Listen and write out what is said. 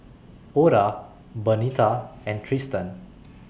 Oda Bernita and Trystan